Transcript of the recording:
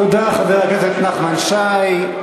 תודה, חבר הכנסת נחמן שי.